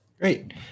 Great